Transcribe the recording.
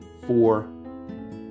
four